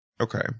Okay